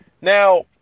Now